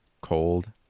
cold